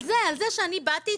על זה שאני באתי,